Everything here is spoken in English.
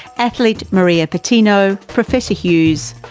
athlete maria patino, professor hughes,